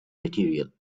material